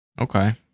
Okay